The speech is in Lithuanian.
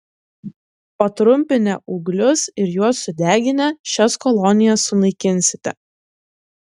patrumpinę ūglius ir juos sudeginę šias kolonijas sunaikinsite